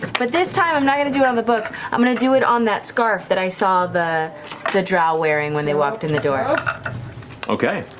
but this time i'm not going to do it on the book. i'm going to do it on that scarf that i saw the the drow wearing when they walked in the door. matt okay.